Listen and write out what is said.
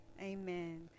Amen